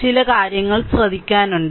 ചില കാര്യങ്ങൾ ചെയ്യാനുണ്ട്